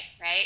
right